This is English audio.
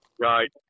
Right